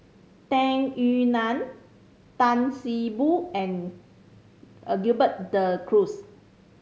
Tung Yue Nang Tan See Boo and a Gerald De Cruz